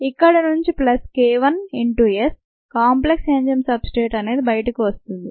ఇక్కడి నుంచి plus k1 into S complex enzyme substrate అనేది బయటకు వస్తుంది